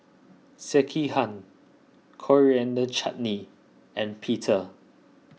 Sekihan Coriander Chutney and Pita